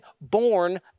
born